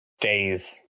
days